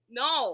no